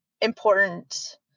important